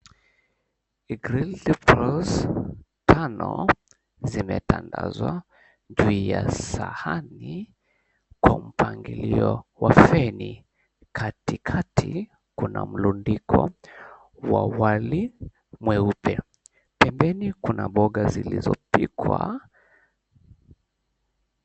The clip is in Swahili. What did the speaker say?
Grilled prawn , tano zimetaandazwa juu ya sahani kwa mpangilio wa feni. Katikati kuna mlundiko wa wali mweupe. Pembeni kuna mboga zilizopikwa.